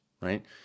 right